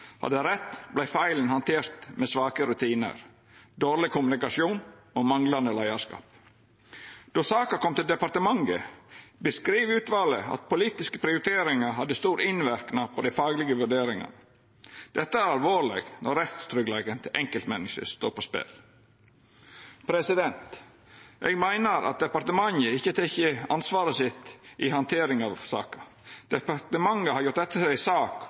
handtert med svake rutinar, dårleg kommunikasjon og manglande leiarskap. Då saka kom til departementet, beskriv utvalet at politiske prioriteringar hadde stor innverknad på dei faglege vurderingane. Dette er alvorleg når rettstryggleiken til enkeltmenneske står på spel. Eg meiner at departementet ikkje tek ansvaret sitt i handteringa av saka. Departementet har gjort dette til ei sak